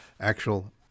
actual